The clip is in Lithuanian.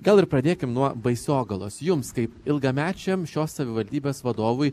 gal ir pradėkim nuo baisogalos jums kaip ilgamečiam šios savivaldybės vadovui